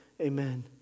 amen